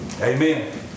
Amen